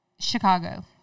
Chicago